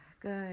Good